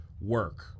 work